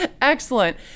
Excellent